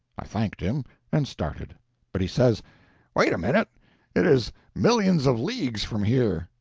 i thanked him and started but he says wait a minute it is millions of leagues from here.